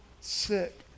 sick